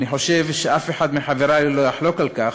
אני חושב שאף אחד מחברי לא יחלוק על כך,